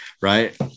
Right